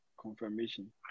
confirmation